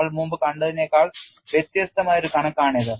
നമ്മൾ മുമ്പ് കണ്ടതിനേക്കാൾ വ്യത്യസ്തമായ ഒരു കണക്കാണിത്